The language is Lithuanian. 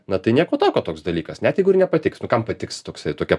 na tai nieko tokio toks dalykas net jeigu ir nepatiks nu kam patiks toksai tokia